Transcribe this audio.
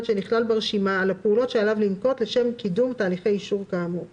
שנכלל ברשימה על הפעולות שעליו לנקוט לשם קידום תהליכי אישור כאמור;